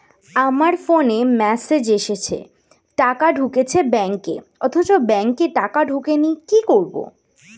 আমার ফোনে মেসেজ এসেছে টাকা ঢুকেছে ব্যাঙ্কে অথচ ব্যাংকে টাকা ঢোকেনি কি করবো?